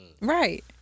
Right